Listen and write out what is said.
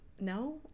No